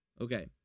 Okay